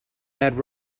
add